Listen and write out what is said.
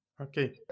Okay